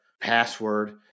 password